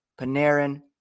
Panarin